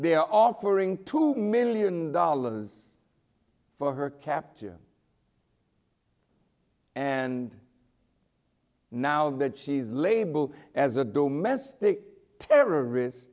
they are offering two million dollars for her capture and now that she's label as a domestic terrorist